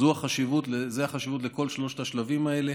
זו החשיבות של כל שלושת השלבים האלה,